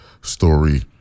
story